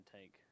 take